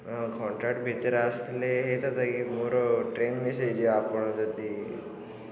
ହଁ ଘଣ୍ଟାଟିଏ ଭିତରେ ଆସିଥିଲେ ହେଇଥାନ୍ତା କି ମୋର ଟ୍ରେନ୍ ମିସ୍ ହେଇଯିବ ଆପଣ ଯଦି